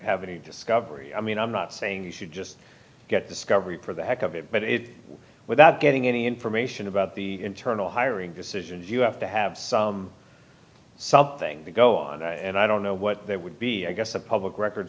have a discovery i mean i'm not saying you should just get discovery for the heck of it but it without getting any information about the internal hiring decision you have to have something to go on and i don't know what it would be i guess a public records